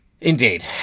Indeed